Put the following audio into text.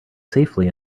safely